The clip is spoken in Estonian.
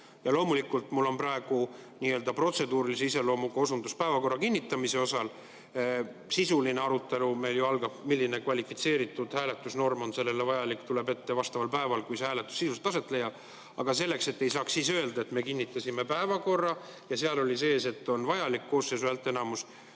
ja loomulikult mul on praegu n-ö protseduurilise iseloomuga osundus päevakorra kinnitamise kohta, sisuline arutelu selle üle, milline kvalifitseeritud hääletusnorm on selleks vajalik, tuleb ette vastaval päeval, kui see hääletus aset leiab. Aga selleks, et ei saaks siis öelda, et me kinnitasime päevakorra ja seal oli sees, et on vajalik koosseisu häälteenamus,